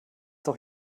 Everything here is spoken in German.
doch